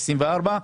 24'?